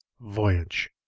Voyage